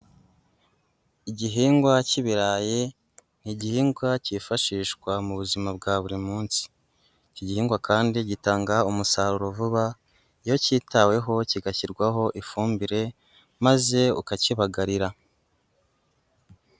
Igihingwa cy'ibirayi ni igihingwa cyifashishwa mu buzima bwa buri munsi, iki gihingwa kandi gitanga umusaruro vuba iyo cyitaweho kigashyirwaho ifumbire maze ukakibagarira.